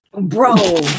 Bro